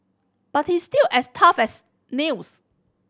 but he's still as tough as nails